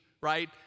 right